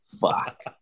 fuck